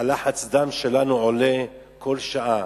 לחץ הדם שלנו עולה כל שעה.